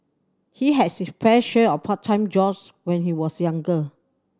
he had pressure of part time jobs when he was younger